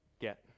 get